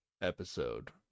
episode